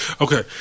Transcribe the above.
Okay